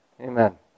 Amen